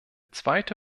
zweite